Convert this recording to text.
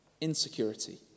insecurity